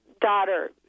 daughter